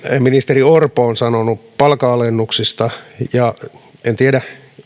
ministeri orpo on sanonut palkanalennuksista ja en tiedä